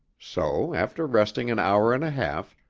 so after resting an hour and a half,